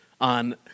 on